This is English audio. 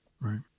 Right